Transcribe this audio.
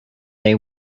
they